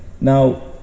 Now